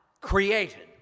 created